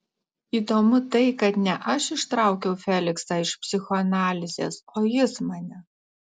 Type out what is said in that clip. įdomu tai kad ne aš ištraukiau feliksą iš psichoanalizės o jis mane